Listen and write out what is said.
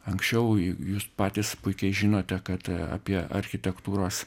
anksčiau jūs patys puikiai žinote kad apie architektūros